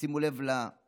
ותשימו לב לסגנון,